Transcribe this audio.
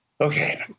Okay